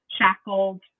shackled